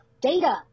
data